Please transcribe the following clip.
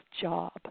job